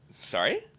Sorry